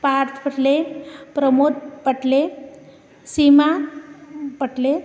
Parth Patle Pramod Patle Seema Patle